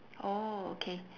orh okay